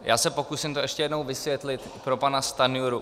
Já se pokusím to ještě jednou vysvětlit pro pana Stanjuru.